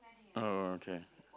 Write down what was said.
oh okay